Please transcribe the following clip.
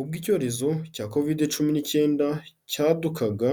Ubwo icyorezo cya Covid cumi n'icyenda cyadukaga,